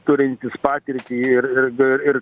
turintis patirtį ir ir ir